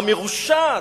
המרושעת,